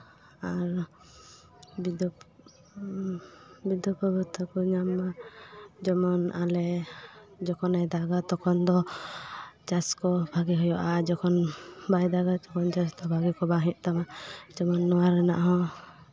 ᱟᱨ ᱵᱨᱤᱫᱽᱫᱷᱚ ᱵᱟᱨᱫᱽᱫᱦᱚᱠᱚ ᱵᱷᱟᱛᱟ ᱠᱚ ᱧᱟᱢ ᱢᱟ ᱡᱮᱢᱚᱱ ᱟᱞᱮ ᱡᱚᱠᱷᱚᱱᱮ ᱫᱟᱜᱟ ᱛᱚᱠᱷᱚᱱ ᱫᱚ ᱪᱟᱥ ᱠᱚ ᱵᱷᱟᱹᱜᱤ ᱦᱩᱭᱩᱜᱼᱟ ᱡᱚᱠᱷᱚᱱ ᱵᱟᱭ ᱫᱟᱜᱟ ᱛᱚᱠᱷᱚᱱ ᱪᱟᱥ ᱠᱚ ᱵᱷᱟᱹᱜᱤ ᱫᱚ ᱵᱟᱭ ᱦᱩᱭᱩᱜ ᱛᱟᱢᱟ ᱡᱮᱢᱚᱱ ᱱᱚᱣᱟ ᱨᱮᱱᱟᱜ ᱦᱚᱸ